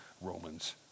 Romans